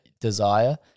desire